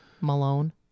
Malone